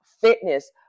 fitness